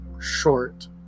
short